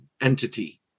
entity